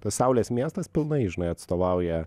tas saulės miestas pilnai žinai atstovauja